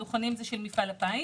הדוכנים הם של מפעל הפיס.